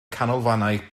canolfannau